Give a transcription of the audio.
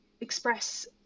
express